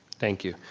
thank you.